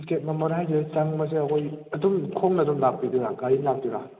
ticket ꯃꯃꯜ ꯍꯥꯏꯁꯦ ꯆꯪꯕꯁꯦ ꯑꯩꯈꯣꯏ ꯑꯗꯨꯝ ꯈꯣꯡꯅ ꯑꯗꯨꯝ ꯂꯥꯛꯄꯤꯗꯣꯏꯔ ꯒꯔꯤꯅ ꯂꯥꯛꯇꯣꯏꯔ